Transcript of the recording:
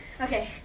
Okay